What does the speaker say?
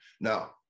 now